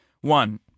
One